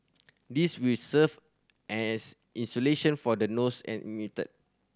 this will serve as insulation from the noise emitted